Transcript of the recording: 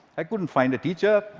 i couldn't find a teacher.